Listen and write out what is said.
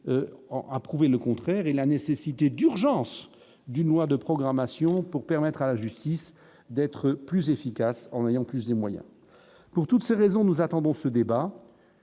a prouvé le contraire, et la nécessité d'urgence d'une loi de programmation pour permettre à la justice d'être plus efficace en ayant plus de moyens pour toutes ces raisons, nous attendons ce débat,